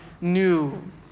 new